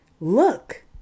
look